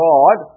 God